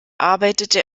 arbeitete